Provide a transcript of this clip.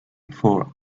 for